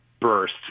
burst